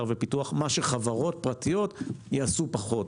ופיתוח דבר שחברות פרטיות יעשו פחות.